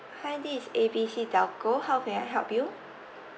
hi this is A B C telco how may I help you